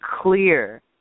clear